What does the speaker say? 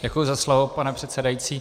Děkuji za slovo, pane předsedající.